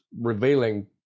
revealing